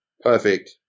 perfect